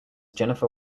jennifer